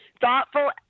thoughtful